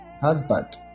Husband